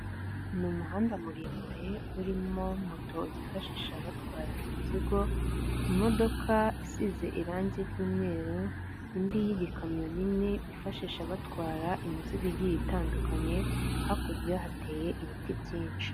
Ni umuhanda muremure urimo moto bifashisha batwara imizigo, imodoka isize irangi ry'umweru n'indi y'igikamyo niini bifashisha batwara imizigo igiye itandukanye hakurya hateye ibiti byinshi .